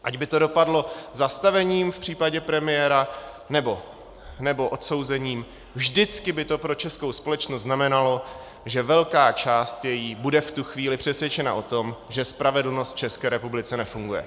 Ať by to dopadlo zastavením v případě premiéra, nebo odsouzením, vždycky by to pro českou společnost znamenalo, že její velká část bude v tu chvíli přesvědčena o tom, že spravedlnost v České republice nefunguje.